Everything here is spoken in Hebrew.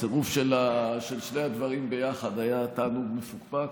הצירוף של שני הדברים ביחד היה תענוג מפוקפק,